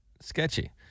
sketchy